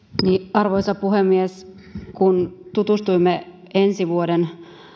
arvoisa puhemies kun tutustuimme ensi vuoden